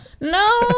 no